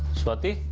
swati